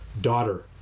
daughter